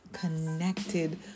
connected